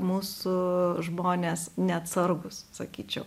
mūsų žmonės neatsargūs sakyčiau